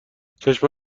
چشم